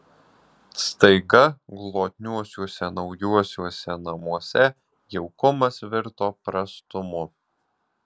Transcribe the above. staiga glotniuosiuose naujuosiuose namuose jaukumas virto prastumu